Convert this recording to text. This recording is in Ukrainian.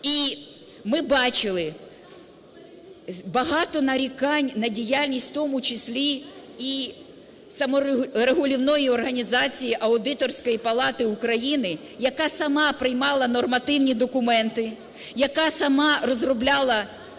І ми бачили багато нарікань на діяльність, в тому числі і саморегулівної організації – Аудиторської палати України, яка сама приймала нормативні документи, яка сама розробляла